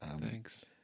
thanks